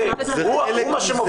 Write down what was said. הוא מה שמוביל את טובת הקטין.